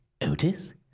Otis